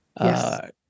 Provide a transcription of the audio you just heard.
Yes